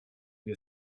wir